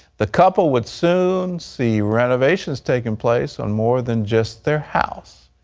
the couple would soon see renovations taking place on more than just their house.